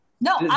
No